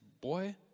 boy